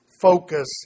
focus